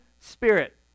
spirit